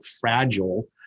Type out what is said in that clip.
fragile